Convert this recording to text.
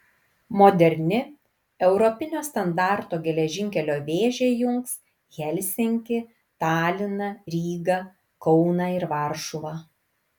moderni europinio standarto geležinkelio vėžė jungs helsinkį taliną rygą kauną ir varšuvą